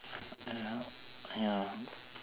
ya